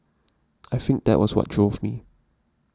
I think that was what drove me